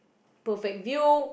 perfect view